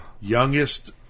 Youngest